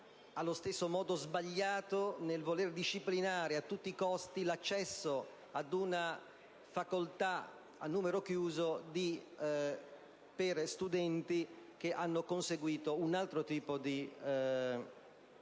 altrettanto sbagliato nel voler disciplinare a tutti i costi l'accesso a una facoltà a numero chiuso per studenti che hanno conseguito un altro tipo di titolo